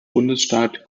bundesstaat